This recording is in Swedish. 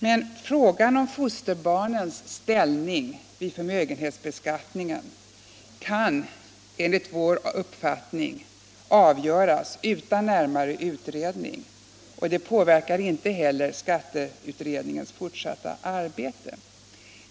Men frågan om fosterbarnens ställning vid förmögenhetsbeskattningen kan enligt vår uppfattning avgöras utan närmare utredning, och det påverkar inte heller skatteutredningens fortsatta arbete.